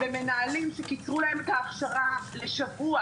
ומנהלים שקיצרו להם את ההכשרה לשבוע,